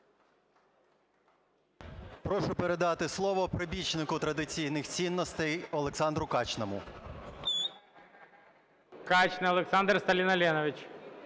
Прошу передати слово прибічнику традиційних цінностей Олександру Качному. ГОЛОВУЮЧИЙ. Качний Олександр Сталіноленович.